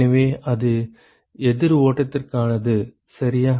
எனவே அது எதிர் ஓட்டத்திற்கானது சரியா